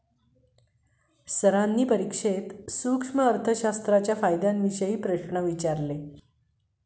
सरांनी परीक्षेत सूक्ष्म अर्थशास्त्राच्या फायद्यांविषयी प्रश्न विचारले